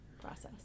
process